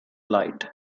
light